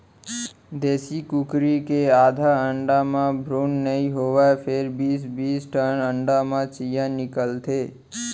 देसी कुकरी के आधा अंडा म भ्रून नइ होवय फेर बीस बीस ठन अंडा म चियॉं निकलथे